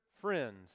friends